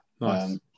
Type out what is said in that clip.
Nice